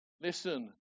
Listen